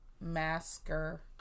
masker